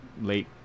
Late